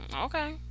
okay